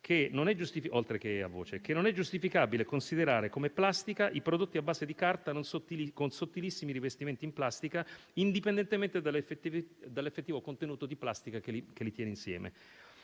che non è giustificabile considerare come plastica i prodotti a base di carta con sottilissimi rivestimenti in plastica, indipendentemente dall'effettivo contenuto di plastica che li tiene insieme.